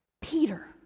Peter